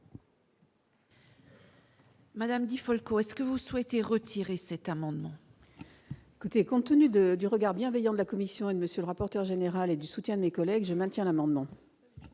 Madame Di Folco est-ce que vous souhaitez retirer cet amendement. Côté contenu de du regard bienveillant de la commission et monsieur le rapporteur général et du soutien de mes collègues, je maintiens l'amendement.